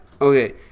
Okay